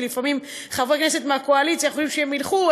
כי לפעמים חברי כנסת מהקואליציה חושבים שהם ילכו,